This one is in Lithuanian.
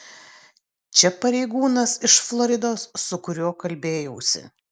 čia pareigūnas iš floridos su kuriuo kalbėjausi